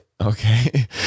Okay